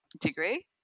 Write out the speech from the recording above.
degree